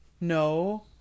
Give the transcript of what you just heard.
no